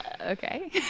Okay